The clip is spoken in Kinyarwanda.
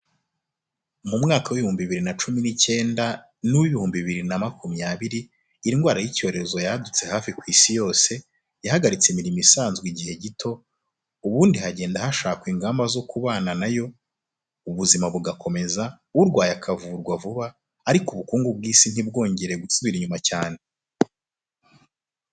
Mu mwaka w'ibihumbi bibiri na cumi n'icyenda n'uw'ibihumbi bibiri na makumyabiri, indwara y'icyorezo yadutse hafi ku Isi yose, yahagaritse imirimo isanzwe igihe gito, ubundi hagenda hashakwa ingamba zo kubana na yo, ubuzima bugakomeza, urwaye akavurwa vuba, ariko ubukungu bw'Isi ntibwongere gusubira inyuma cyane.